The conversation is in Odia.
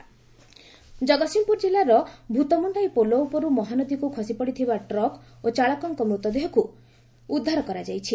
ମୃତଦେହ ଉଦ୍ଧାର ଜଗତ୍ସିଂହପୁର ଜିଲ୍ଲାର ଭୁତମୁଖାଇ ପୋଲ ଉପରୁ ମହାନଦୀକୁ ଖସିପଡିଥିବା ଟ୍ରକ୍ ଓ ଚାଳକଙ୍କ ମୃତଦେହକୁ ଉଦ୍ଧାର କରାଯାଇଛି